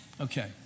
Okay